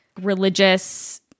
religious